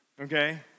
okay